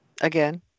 again